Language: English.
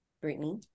Brittany